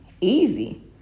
Easy